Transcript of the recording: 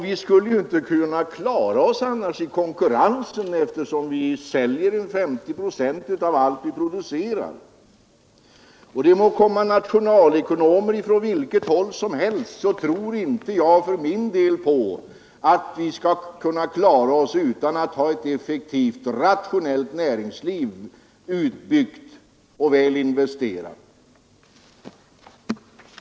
Vi skulle ju annars inte klara oss i konkurrensen, eftersom vi säljer 50 procent av allt som vi producerar. Det må nu komma nationalekonomer från vilket håll som helst och ge uttryck åt sina uppfattningar, men jag tror för min del inte på att vi skulle kunna klara oss utan att ha ett effektivt rationellt näringsliv som är väl utbyggt.